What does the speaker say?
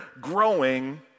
growing